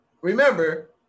remember